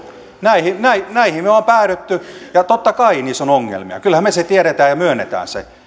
näihin me olemme päätyneet ja totta kai niissä on ongelmia kyllähän me sen tiedämme ja myönnämme